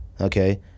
Okay